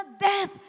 death